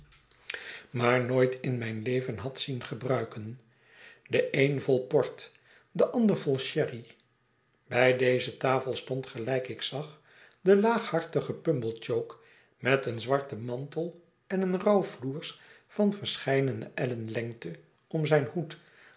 maar nooit in mijn leven had zien gebruiken de een vol port deandervol sherry bij deze tafel stond gelijk ik zag de laaghartige pumblechook met een zwarten mantel en een rouwfloers van verscheidene ellen lengte om zijn hoed